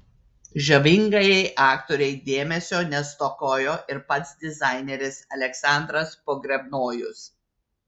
žavingajai aktorei dėmesio nestokojo ir pats dizaineris aleksandras pogrebnojus